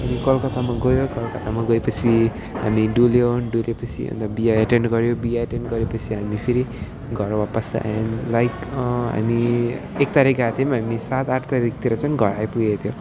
कलकत्तामा गयो कलकत्तामा गएपछि हामी डुल्यो डुलेपछि अनि त बिहा एटेन्ड गऱ्यो बिहा एटेन्ड गरेपछि हामी फेरि घर वापस आयौँ लाइक हामी एक तारिक गएका थियौँ हामी सात आठ तारिकतिर चाहिँ घर आइपुगेको थियो